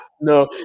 no